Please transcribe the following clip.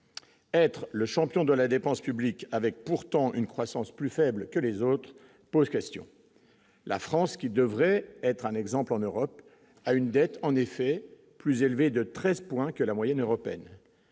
être le champion de la dépense publique, avec pourtant une croissance plus faible que les autres pose question : la France, qui devrait être un exemple en Europe a une dette en effet plus élevé de 13 points que la moyenne européenne,